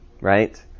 Right